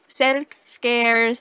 self-care